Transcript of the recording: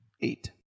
Eight